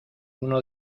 uno